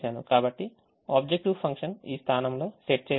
కాబట్టి objective function ఈ స్థానంలో సెట్ చేయబడింది